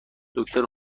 دکتر